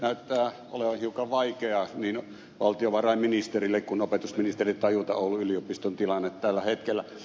näyttää olevan hiukan vaikeaa niin valtiovarainministerille kuin opetusministerille tajuta oulun yliopiston tilanne tällä hetkellä